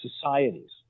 societies